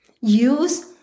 use